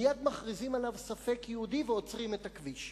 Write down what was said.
מייד מכריזים עליו ספק-יהודי ועוצרים את הכביש.